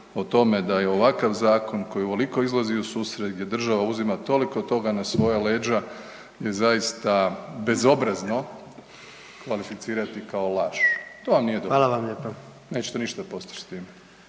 o tome da je ovakav zakon koji je ovoliko izlazio u susret gdje država uzima toliko toga na svoja leđa je zaista bezobrazno kvalificirati kao laž. To vam nije dobro. …/Upadica: Hvala vam lijepa./… Nećete ništa postići s time.